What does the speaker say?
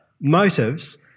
motives